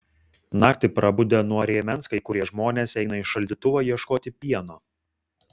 naktį prabudę nuo rėmens kai kurie žmonės eina į šaldytuvą ieškoti pieno